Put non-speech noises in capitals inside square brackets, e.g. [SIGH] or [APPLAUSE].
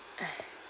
[NOISE]